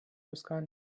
riskant